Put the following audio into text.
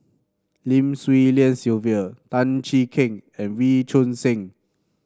Lim Swee Lian Sylvia Tan Cheng Kee and Wee Choon Seng